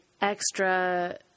extra